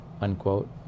unquote